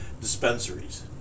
dispensaries